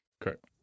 Correct